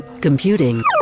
Computing